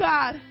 God